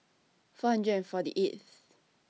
four hundred and forty eighth